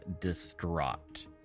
distraught